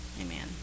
amen